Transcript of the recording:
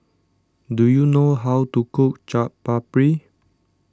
do you know how to cook Chaat Papri